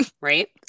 right